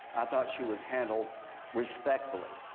thought she was handled respectfully.